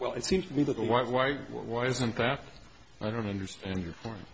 well it seems to me that the why why why isn't that i don't understand your point